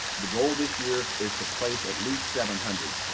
the goal this year is to place at least seven hundred.